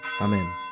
Amen